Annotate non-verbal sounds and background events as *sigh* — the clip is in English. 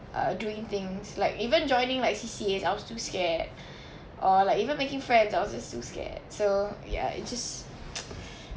uh doing things like even joining like C_C_A I was too scared or like even making friends I was just too scared so ya it just *noise*